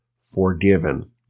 forgiven